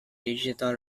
digital